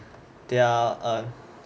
their err